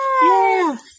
Yes